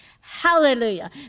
Hallelujah